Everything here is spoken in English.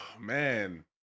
Man